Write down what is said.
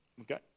okay